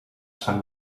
sant